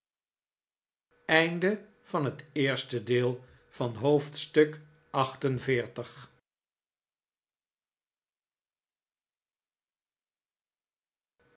onderwerp van het gesprek haar van het